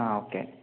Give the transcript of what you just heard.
ആ ഓക്കേ